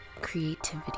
creativity